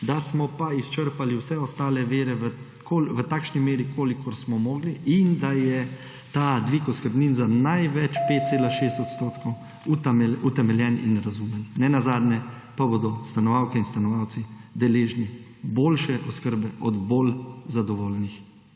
da smo pa izčrpali vse ostale vire v takšni meri, kolikor smo mogli in da je ta dvig oskrbnin za največ 5,6 odstotka utemeljen in razumen, nenazadnje pa bodo stanovalke in stanovalci deležni boljše oskrbe od bolj zadovoljnih